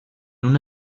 una